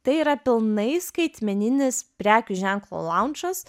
tai yra pilnai skaitmeninis prekių ženklo launčas